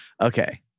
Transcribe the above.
Okay